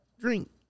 Drink